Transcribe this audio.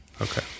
Okay